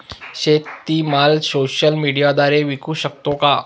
शेतीमाल सोशल मीडियाद्वारे विकू शकतो का?